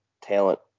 talent